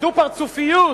הדו-פרצופיות,